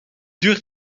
duurt